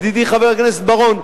ידידי חבר הכנסת בר-און.